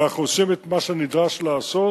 ואנחנו עושים את מה שנדרש לעשות.